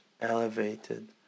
elevated